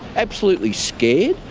absolutely scared,